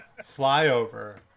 flyover